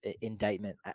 indictment